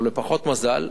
אבל בפחות מזל.